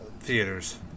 theaters